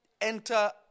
enter